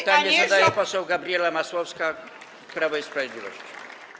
Pytanie zadaje poseł Gabriela Masłowska, Prawo i Sprawiedliwość.